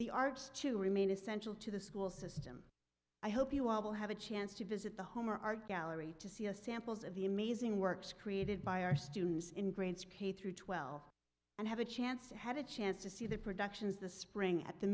the arts to remain essential to the school system i hope you all will have a chance to visit the home or our gallery to see a samples of the amazing works created by our students in grades k through twelve and have a chance to have a chance to see their productions this spring at the